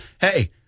hey